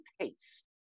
taste